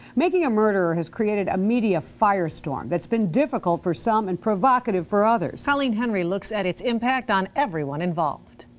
making a murderer has creat ah a media firestorm that's been difficult for some and provocative for others. joyce colleen henry looks at its impact on everyone involved.